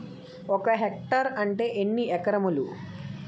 ఒక హెక్టార్ అంటే ఎన్ని ఏకరములు?